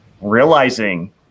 realizing –